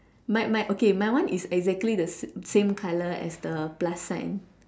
my my okay my one is exactly the same colour as the plus sign